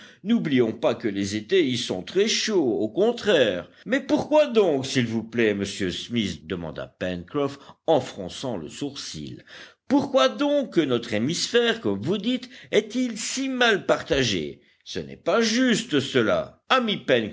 n'oublions pas que les étés y sont très chauds au contraire mais pourquoi donc s'il vous plaît monsieur smith demanda pencroff en fronçant le sourcil pourquoi donc notre hémisphère comme vous dites est-il si mal partagé ce n'est pas juste cela